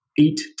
eight